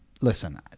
listen